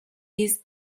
ist